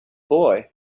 boy